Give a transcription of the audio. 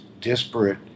disparate